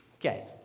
Okay